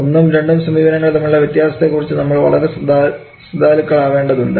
ഒന്നും രണ്ടും സമീപനങ്ങൾ തമ്മിലുള്ള വ്യത്യാസത്തെ കുറിച്ച് നമ്മൾ വളരെ ശ്രദ്ധാലുക്കളാ വേണ്ടതുണ്ട്